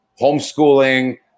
homeschooling